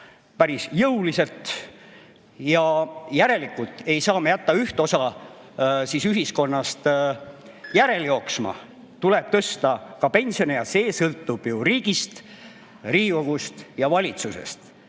päris jõuliselt ja järelikult ei saa me jätta üht osa ühiskonnast järel jooksma. Tuleb tõsta ka pensione ja see sõltub ju riigist – Riigikogust ja valitsusest.